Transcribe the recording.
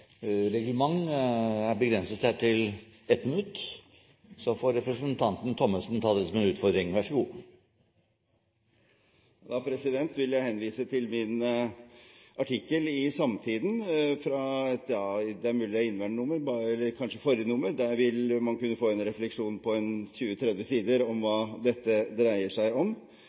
seg til 1 minutt. Så får representanten Thommessen ta det som en utfordring. Vær så god! Da vil jeg henvise til min artikkel i Samtiden, muligens fra inneværende nummer – kanskje fra forrige nummer. Der vil man kunne få en refleksjon på en 20–30 sider om hva dette dreier seg om.